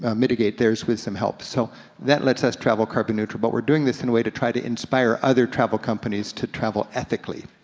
ah mitigate theirs with some help. so that lets us travel carbon-neutral, but we're doing this in a way to try to inspire other travel companies to travel ethically.